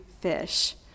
fish